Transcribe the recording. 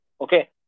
okay